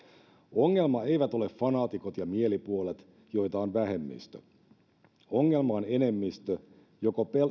ongelma eivät ole fanaatikot ja mielipuolet joita on vähemmistö ongelma on enemmistö joka joko